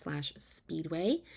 speedway